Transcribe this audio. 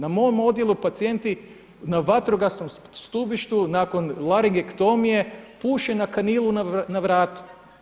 Na mom odjelu pacijenti na vatrogasnom stubištu nakon laringektomije puše na kanilu na vratu.